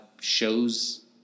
shows